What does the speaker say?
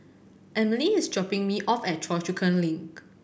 Amelie is dropping me off at Choa Chu Kang Link